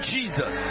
Jesus